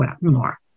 more